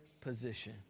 position